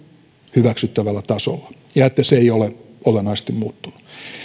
hyväksyttävällä tasolla ja että se ei ole olennaisesti muuttunut